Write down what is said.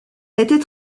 était